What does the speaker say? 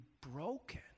broken